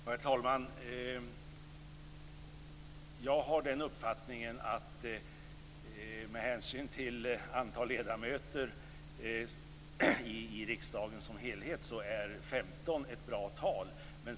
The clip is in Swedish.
Herr talman! Jag har den uppfattningen att med hänsyn till antalet ledamöter i riksdagen som helhet är 15 ett bra tal.